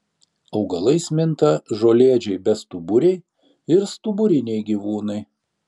augalais minta žolėdžiai bestuburiai ir stuburiniai gyvūnai